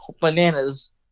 bananas